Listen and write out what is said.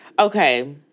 Okay